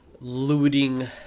looting